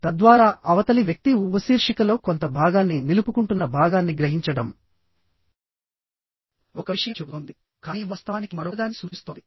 తద్వారా అవతలి వ్యక్తి ఉపశీర్షికలో కొంత భాగాన్ని నిలుపుకుంటున్న భాగాన్ని గ్రహించడం ఒక విషయం చెబుతోంది కానీ వాస్తవానికి మరొకదాన్ని సూచిస్తోంది